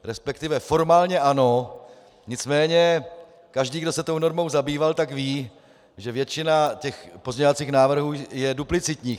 Respektive formálně ano, nicméně každý, kdo se tou normou zabýval, ví, že většina těch pozměňovacích návrhů je duplicitních.